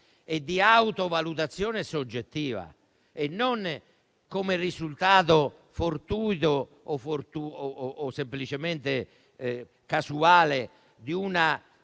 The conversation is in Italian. e di autovalutazione soggettiva, e non come risultato fortuito o semplicemente casuale di una